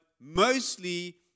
mostly